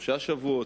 שלושה שבועות?